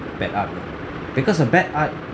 bad art because a bad art